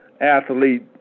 athlete